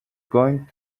going